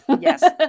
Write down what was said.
Yes